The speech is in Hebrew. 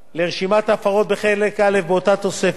לרשימת ההפרות בחלק א' באותה תוספת,